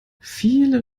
viele